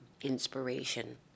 inspiration